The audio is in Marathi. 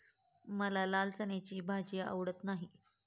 मला लाल चण्याची भाजी आवडत नाही